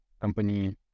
company